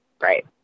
Right